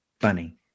funny